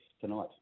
tonight